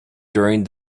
during